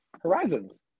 horizons